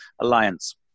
Alliance